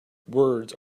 words